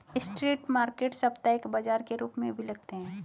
street market साप्ताहिक बाजार के रूप में भी लगते हैं